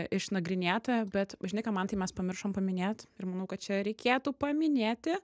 išnagrinėta bet žinai ką mantai mes pamiršome paminėt ir manau kad čia reikėtų paminėti